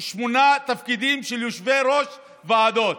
שמונה תפקידים של יושבי-ראש ועדות.